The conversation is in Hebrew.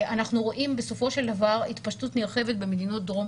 אנחנו רואים בסופו של דבר התפשטות נרחבת במדינות דרום